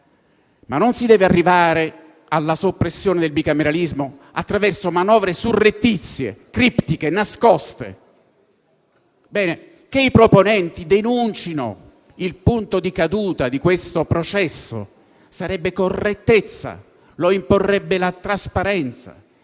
ma non si deve arrivare alla soppressione del bicameralismo attraverso manovre surrettizie, criptiche, nascoste. Ebbene, che i proponenti denuncino il punto di caduta di questo processo sarebbe correttezza; lo imporrebbe la trasparenza;